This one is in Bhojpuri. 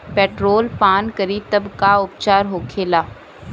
पेट्रोल पान करी तब का उपचार होखेला?